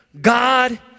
God